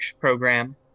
program